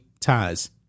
ties